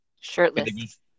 Shirtless